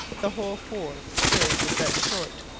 the whole four stirred with that short,